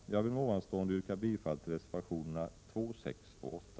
Jag vill med detta yrka bifall till reservationerna 2, 6 och 8.